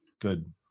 good